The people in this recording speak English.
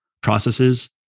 processes